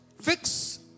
fix